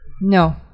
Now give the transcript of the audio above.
No